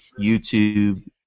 YouTube